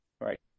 right